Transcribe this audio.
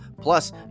Plus